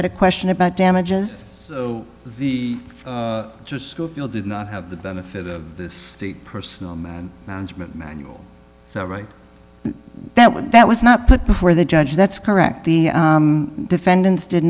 had a question about damages v just scofield did not have the benefit of the personal man management manual so right that was that was not put before the judge that's correct the defendants did